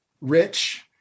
rich